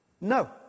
No